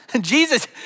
Jesus